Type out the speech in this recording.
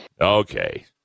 Okay